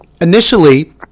Initially